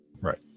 Right